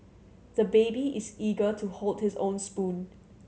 the baby is eager to hold his own spoon